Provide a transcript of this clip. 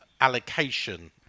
allocation